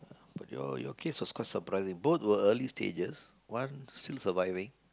but your your case was quite surprising both were early stages one still surviving